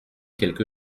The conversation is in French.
quelque